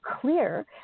clear